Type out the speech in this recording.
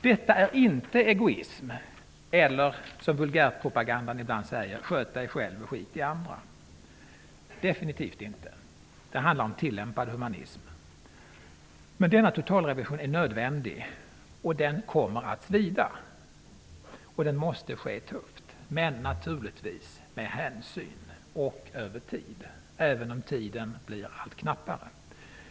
Detta är inte egoism eller, som vulgärpropagandan säger, sköt dig själv och skit i andra, definitivt inte. Det handlar om tillämpad humanism. Men denna totalrevision är nödvändig, och den kommer att svida. Den måste ske tufft men naturligtvis med hänsyn och över tid, även om tiden blir allt knappare.